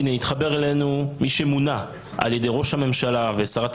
התחבר אלינו מי שמונה על ידי ראש הממשלה ושרת